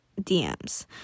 DMs